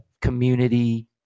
community